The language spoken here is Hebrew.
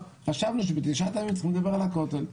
חשבנו שבתשעת הימים צריכים לדבר על הכותל.